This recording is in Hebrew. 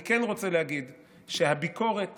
אני כן רוצה להגיד שהביקורת